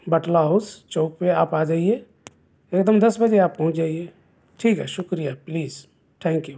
Batla House چوک پہ آپ آ جائیے ایک دم دس بجے آپ پہنچ جائیے ٹھیک ہے شکریہ پلیز تھینک یو